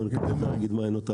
מנכ"ל התאגיד מעיינות העמקים,